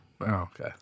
Okay